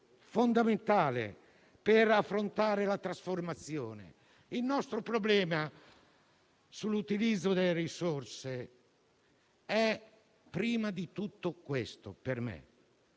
fondamentale per affrontare la trasformazione. Il nostro problema sull'utilizzo delle risorse per me è prima di tutto questo: